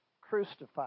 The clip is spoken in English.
crucified